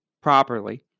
properly